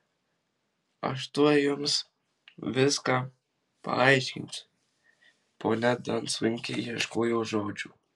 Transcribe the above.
aš tuoj jums viską paaiškinsiu ponia dan sunkiai ieškojo žodžių